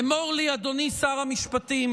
אמור לי, אדוני שר המשפטים,